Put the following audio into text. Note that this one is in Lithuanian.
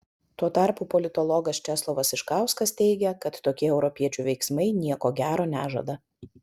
tuo tarpu politologas česlovas iškauskas teigia kad tokie europiečių veiksmai nieko gero nežada